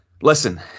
Listen